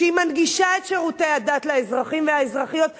שמנגישה את שירותי הדת לאזרחים ולאזרחיות היהודים,